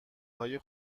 های